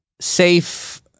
safe